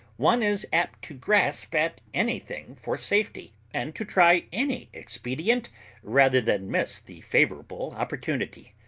one is apt to grasp at anything for safety, and to try any expedient rather than miss the favourable opportunity.